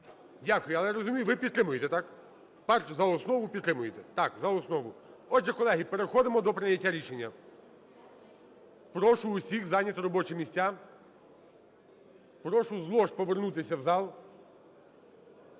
Дякую. Але я розумію, ви підтримуєте, так? Перше за основу підтримуєте? Так, за основу. Отже, колеги, переходимо до прийняття рішення. Прошу усіх зайняти робочі місця. Прошу знову ж повернутися в зал.